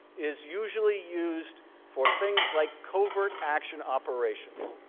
is usually used for things like covert action operations.